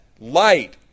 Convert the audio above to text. Light